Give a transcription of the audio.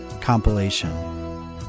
compilation